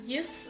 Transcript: Yes